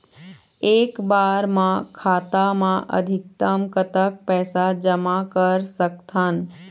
एक बार मा खाता मा अधिकतम कतक पैसा जमा कर सकथन?